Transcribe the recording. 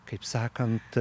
kaip sakant